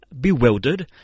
bewildered